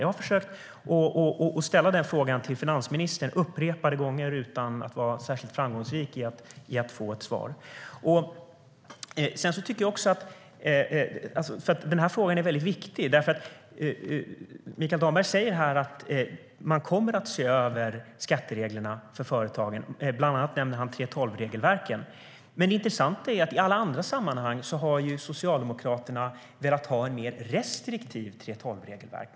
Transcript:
Jag har försökt ställa denna fråga till finansministern upprepade gånger utan att vara särskilt framgångsrik med att få ett svar. Frågan är viktig. Mikael Damberg säger att man kommer att se över skattereglerna för företagen. Bland annat nämner han 3:12-regelverken. Men det intressanta är att i alla andra sammanhang har Socialdemokraterna velat ha ett mer restriktivt 3:12-regelverk.